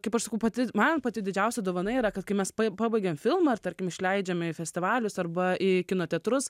kaip aš sakau pati man pati didžiausia dovana yra kad kai mes pabaigiam filmą ar tarkim išleidžiame į festivalius arba į kino teatrus